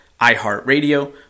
iHeartRadio